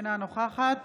אינה נוכחת